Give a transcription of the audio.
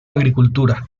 agricultura